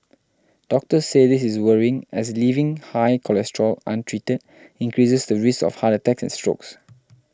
doctors say this is worrying as leaving high cholesterol untreated increases the risk of heart attacks and strokes